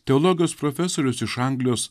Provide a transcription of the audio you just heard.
teologijos profesorius iš anglijos